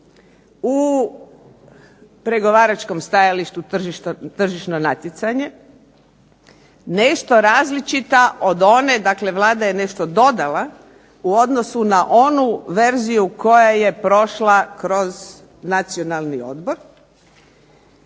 u pregovaračkom stajalištu tržišno natjecanje nešto različita od one, dakle Vlada je nešto dodala u odnosu na onu verziju koja je prošla kroz Nacionalni odbor.